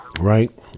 right